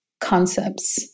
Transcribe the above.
concepts